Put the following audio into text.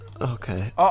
Okay